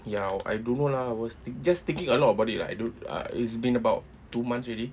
ya I don't know lah I was just thinking a lot about it ah I don't uh it's been about two months already